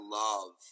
love